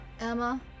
Emma